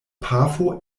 pafo